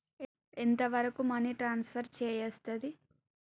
ఎంత వరకు money transfer చేయస్తది?